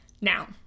now